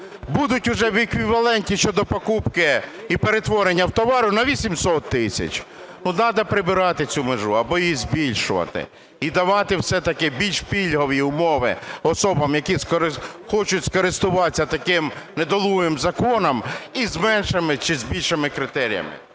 будуть уже в еквіваленті щодо покупки і перетворення в товар на 800 тисяч. Ну надо прибирати цю межу або її збільшувати і давати все-таки більш пільгові умови особам, які хочуть скористуватися таким недолугим законом з меншими чи з більшими критеріями.